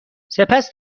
سپس